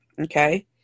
okay